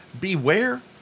beware